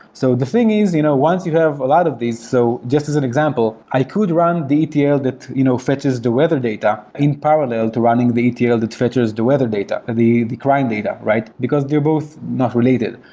so the thing is you know once you have a lot of these, so just as an example, i could run the the etl that you know fetches the weather data in parallel to running the the etl that fetches the weather data, or the the crime data, right? because they're both not related.